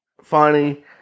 funny